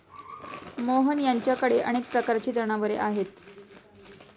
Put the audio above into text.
मोहन यांच्याकडे अनेक प्रकारची जनावरे आहेत